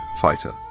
fighter